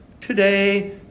today